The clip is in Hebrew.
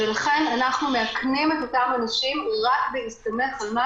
ולכן אנחנו מאכנים את אותם אנשים רק בהסתמך על מה